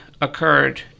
occurred